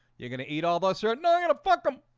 you're gonna eat all the sir? no, i gotta fuck them.